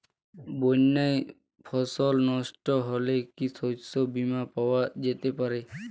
বন্যায় ফসল নস্ট হলে কি শস্য বীমা পাওয়া যেতে পারে?